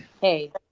hey